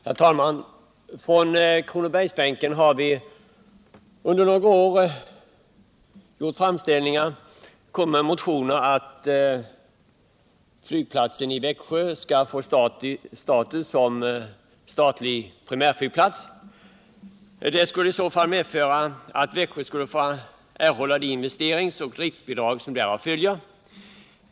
Herr talman! Från Kronobergsbänken har vi under några år gjort framställningar motionsledes om att flygplatsen i Växjö skall få status som statlig primärflygplats. Det skulle i så fall medföra att Växjö skulle få de investeringsoch driftbidrag som utgår till sådana flygplatser.